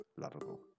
lovable